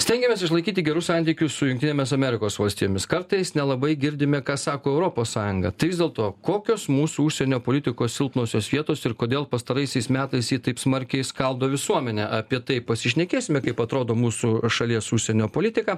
stengiamės išlaikyti gerus santykius su jungtinėmis amerikos valstijomis kartais nelabai girdime ką sako europos sąjunga tai vis dėl to kokios mūsų užsienio politikos silpnosios vietos ir kodėl pastaraisiais metais ji taip smarkiai skaldo visuomenę apie tai pasišnekėsime kaip atrodo mūsų šalies užsienio politika